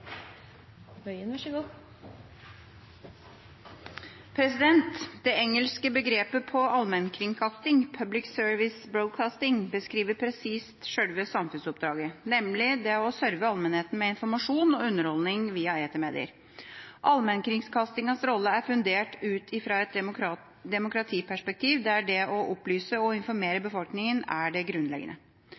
Det engelske begrepet for allmennkringkasting, «public service broadcasting», beskriver presist sjølve samfunnsoppdraget, nemlig det å sørve allmenheten med informasjon og underholdning via etermedier. Allmennkringkastingens rolle er fundert ut ifra et demokratiperspektiv der det å opplyse og informere befolkninga er det